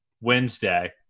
Wednesday